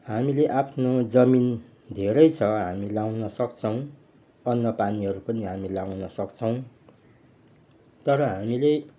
हामीले आफ्नो जमिन धेरै छ हामी लाउन सक्छौँ अन्नपानीहरू पनि हामी लाउन सक्छौँ तर हामीले